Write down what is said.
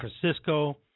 Francisco